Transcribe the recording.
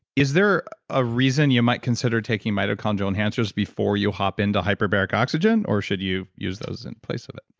is there a reason you might consider taking mitochondrion enhancers before you hop into hyperbaric oxygen? or should you use those in place of it?